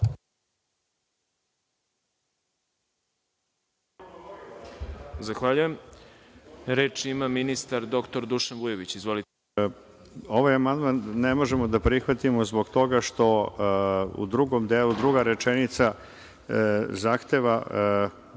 Zahvaljujem. Reč ima ministar. **Dušan Vujović** Ovaj amandman ne možemo da prihvatimo zbog toga što u drugom delu druga rečenica zahteva